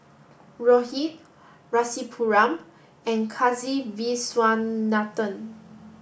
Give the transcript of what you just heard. Rohit Rasipuram and Kasiviswanathan